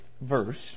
verse